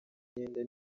imyenda